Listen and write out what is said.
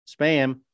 spam